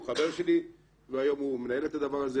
הוא חבר שלי והיום הוא מנהל את הדבר הזה